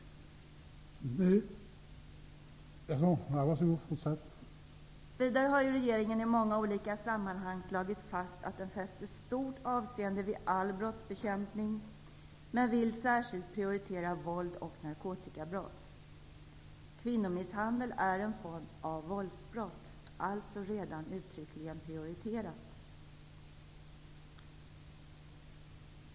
Vidare har ju regeringen i många olika sammanhang slagit fast att den fäster stort avseende vid all brottsbekämpning, men vill särskilt prioritera våld och narkotikabrott. Kvinnomisshandel är en form av våldsbrott och därmed uttryckligen redan prioriterat.